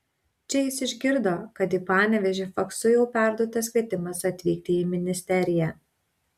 čia jis išgirdo kad į panevėžį faksu jau perduotas kvietimas atvykti į ministeriją